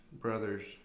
brothers